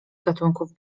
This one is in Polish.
gatunków